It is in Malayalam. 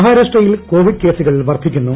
മഹാരാഷ്ട്രയിൽ കോവിഡ് ക്സുകൾ വർദ്ധിക്കുന്നു